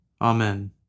Amen